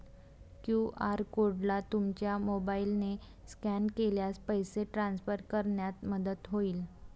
QR कोडला तुमच्या मोबाईलने स्कॅन केल्यास पैसे ट्रान्सफर करण्यात मदत होईल